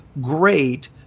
great